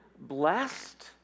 blessed